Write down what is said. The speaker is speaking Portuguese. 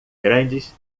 grandes